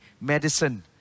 medicine